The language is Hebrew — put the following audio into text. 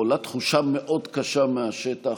עולה תחושה מאוד קשה מהשטח,